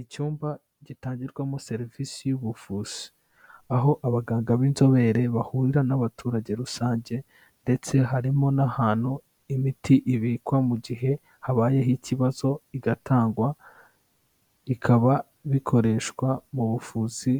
Icyumba gitangirwamo serivisi y'ubuvuzi. Aho abaganga b'inzobere bahurira n'abaturage rusange, ndetse harimo n'ahantu imiti ibikwa mu gihe habayeho ikibazo igatangwa, bikaba bikoreshwa mu buvuzi